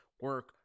Work